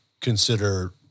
consider